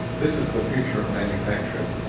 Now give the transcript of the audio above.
this is the future of manufacturing,